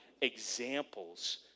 examples